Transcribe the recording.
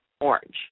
orange